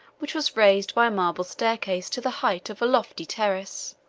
which was raised by a marble staircase to the height of a lofty terrace.